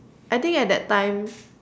I think at that time